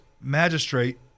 magistrate